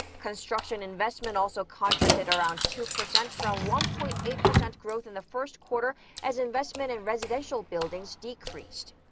construction investment also contracted around two percent from one-point-eight percent growth in the first quarter as investment in residential buildings decreased.